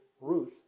Ruth